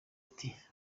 ati